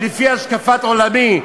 ש"לפי השקפת עולמי"?